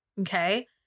Okay